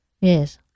Yes